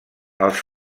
els